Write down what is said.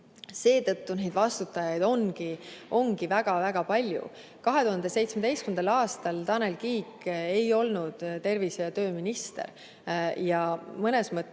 Seetõttu vastutajaid ongi väga-väga palju. 2017. aastal Tanel Kiik ei olnud tervise- ja tööminister ja seda kõike